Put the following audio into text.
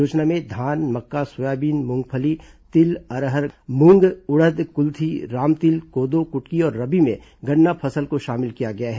योजना में धान मक्का सोयाबीन मूंगफली तिल अरहर मूंग उड़द कुत्थी रामतिल कोदो कुटकी और रबी में गन्ना फसल को शामिल किया गया है